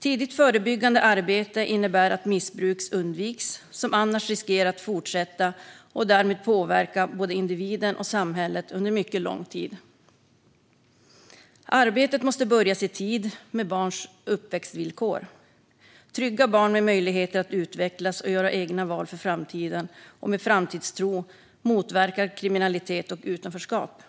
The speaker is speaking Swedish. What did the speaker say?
Tidigt förebyggande arbete innebär att missbruk undviks, något som annars riskerar att fortsätta och därmed påverka både individen och samhället under mycket lång tid. Arbetet måste börja i tid med barns uppväxtvillkor. Möjligheter att utvecklas och göra egna val för framtiden ger trygga barn och motverkar kriminalitet och utanförskap.